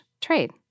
trade